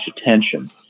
attention